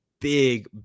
big